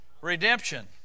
redemption